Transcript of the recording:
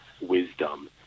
wisdom